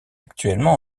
actuellement